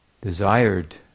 Desired